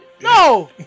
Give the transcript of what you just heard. No